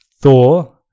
Thor